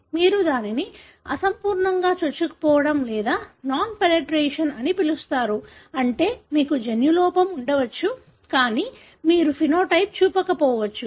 మీరు దానిని అసంపూర్తిగా చొచ్చుకుపోవడం లేదా నాన్ పెన్ట్రేషన్ అని పిలుస్తారు అంటే మీకు జన్యురూపం ఉండవచ్చు కానీ మీరు ఫెనోటైప్ చూపకపోవచ్చు